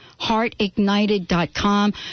HeartIgnited.com